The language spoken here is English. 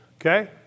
Okay